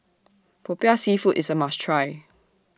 Popiah Seafood IS A must Try